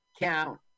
count